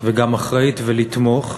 וגם אחראית, ולתמוך.